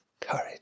courage